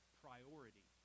priority